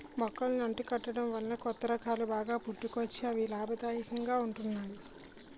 మొక్కలకు అంటు కట్టడం వలన కొత్త రకాలు బాగా పుట్టుకొచ్చి అవి లాభదాయకంగా ఉంటున్నాయి